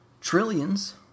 trillions